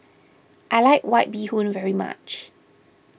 I like White Bee Hoon very much